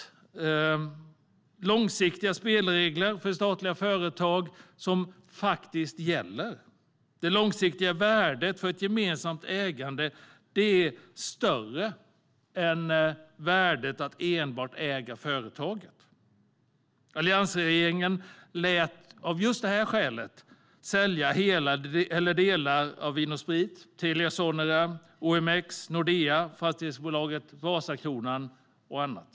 Det ska vara långsiktiga spelregler för statliga företag som faktiskt gäller. Det långsiktiga värdet för ett gemensamt ägande är större än värdet av att enbart äga företag. Av just detta skäl lät alliansregeringen sälja hela eller delar av Vin & Sprit, Telia Sonera, OMX, Nordea, fastighetsbolaget Vasakronan och annat.